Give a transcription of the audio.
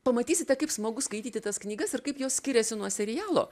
pamatysite kaip smagu skaityti tas knygas ir kaip jos skiriasi nuo serialo